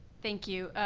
thank you,